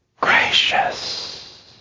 gracious